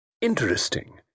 Interesting